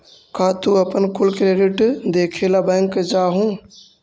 का तू अपन कुल क्रेडिट देखे ला बैंक जा हूँ?